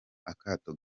akato